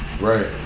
Right